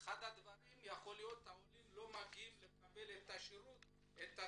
יכול להיות שהעולים לא מגיעים לקבל את הטיפול